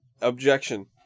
Objection